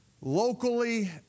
locally